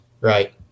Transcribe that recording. right